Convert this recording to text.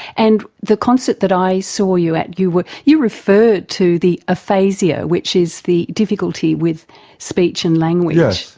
and the concert that i saw you at, you ah you referred to the aphasia, which is the difficulty with speech and language,